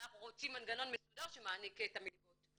אנחנו רוצים מנגנון מסודר שמעניק את המלגות.